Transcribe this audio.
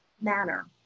manner